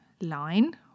line